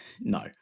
no